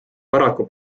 paraku